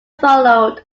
followed